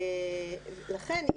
לכן,